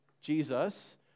Jesus